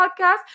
podcast